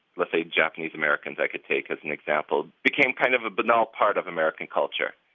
let's say japanese-americans i could take as an example, became kind of a banal part of american culture.